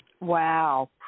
Wow